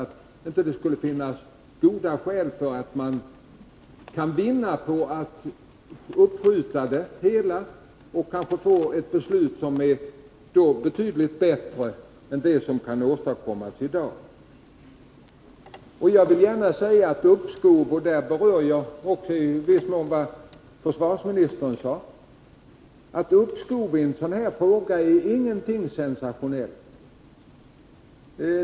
Det kan i alla fall finnas goda skäl för ett uppskov och då kommer kanske att få ett beslut som är betydligt bättre än det som kan åstadkommas i dag. Jag vill gärna säga — och där bemöter jag också i viss mån vad försvarsministern sade — att ett uppskov inte är någonting sensationellt.